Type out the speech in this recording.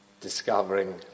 discovering